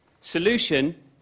Solution